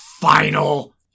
final